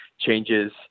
changes